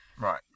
right